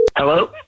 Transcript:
Hello